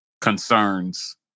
concerns